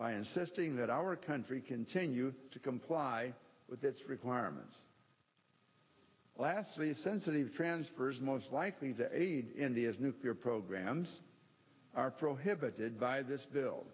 by insisting that our country continue to comply with its requirements last the sensitive transfers most likely to aid india's nuclear programs are prohibited by this bill